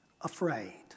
afraid